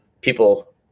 people